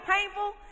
painful